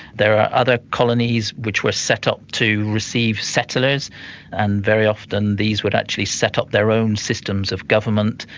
there are other colonies which were set up to receive settlers and very often these would actually set up their own systems of government,